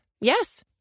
Yes